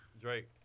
Drake